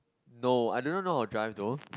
no I do not know how to drive though